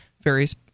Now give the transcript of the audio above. varies